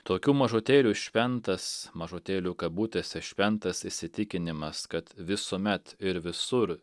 tokių mažutėlių šventas mažutėlių kabutėse šventas įsitikinimas kad visuomet ir visur